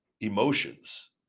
emotions